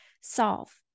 solve